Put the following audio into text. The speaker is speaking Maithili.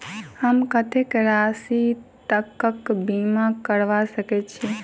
हम कत्तेक राशि तकक बीमा करबा सकैत छी?